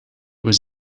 was